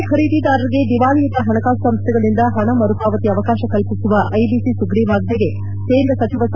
ಮನೆ ಖರೀದಿದಾರರಿಗೆ ದಿವಾಳಿಯುತ ಹಣಕಾಸು ಸಂಸ್ಥೆಗಳಿಂದ ಹಣ ಮರುಪಾವತಿ ಅವಕಾಶ ಕಲ್ಪಿಸುವ ಐಬಿಸಿ ಸುಗ್ರಿವಾಜ್ಷೆಗೆ ಕೇಂದ್ರ ಸಚಿವ ಸಂಪುಟ ಸಮ್ನತಿ